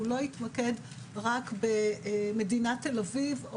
והוא לא התמקד רק במדינת תל-אביב,